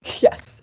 Yes